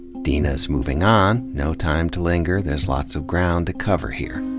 deena's moving on. no time to linger, there's lots of ground to cover here.